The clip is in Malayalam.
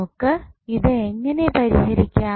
നമുക്ക് ഇത് എങ്ങനെ പരിഹരിക്കാം